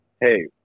Hey